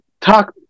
talk